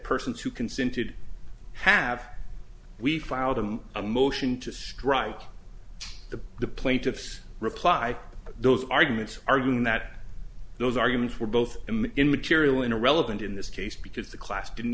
persons who consented have we filed a motion to strike the the plaintiff's reply those arguments arguing that those arguments were both in material irrelevant in this case because the class didn't